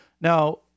Now